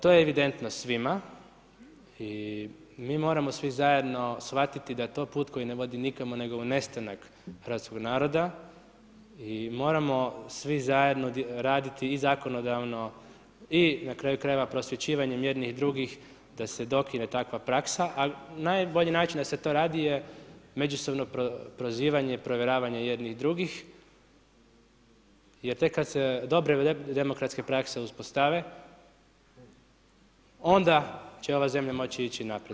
To je evidentno svima i mi moramo svi zajedno shvatiti da je to put koji ne vodi nikamo, nego u nestanak hrvatskog naroda i moramo svi zajedno raditi i zakonodavno i na kraju krajeva prosvjećivanjem jednih i drugih da se dokine takva praksa, a najbolji način da se to radi je međusobno prozivanje i provjeravanje jednih i drugih, jer tek kad se dobre demokratske prakse uspostave onda će ova zemlja moći ići naprijed.